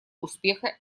успеха